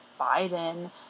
Biden